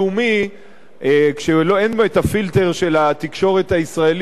כשאין בו הפילטר של התקשורת הישראלית או האופוזיציה,